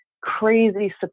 crazy